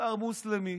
שר מוסלמי.